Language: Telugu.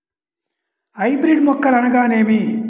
హైబ్రిడ్ మొక్కలు అనగానేమి?